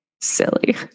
silly